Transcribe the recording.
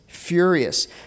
Furious